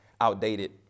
outdated